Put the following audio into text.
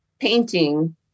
painting